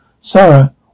Sarah